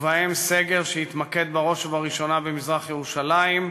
ובהם סגר שיתמקד בראש ובראשונה במזרח-ירושלים,